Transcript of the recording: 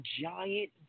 giant